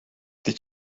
did